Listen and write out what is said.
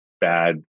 bad